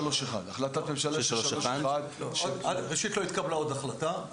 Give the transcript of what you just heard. החלטת ממשלה 631. ראשית, עוד לא התקבלה החלטה.